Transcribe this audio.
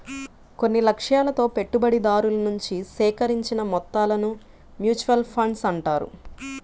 కొన్ని లక్ష్యాలతో పెట్టుబడిదారుల నుంచి సేకరించిన మొత్తాలను మ్యూచువల్ ఫండ్స్ అంటారు